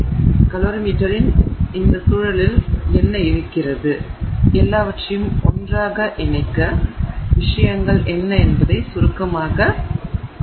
எனவே கலோரிமீட்டரின் இந்த சூழலில் என்ன இருக்கிறது எல்லாவற்றையும் ஒன்றாக இணைக்கும் விஷயங்கள் என்ன என்பதை சுருக்கமாக பார்ப்போம்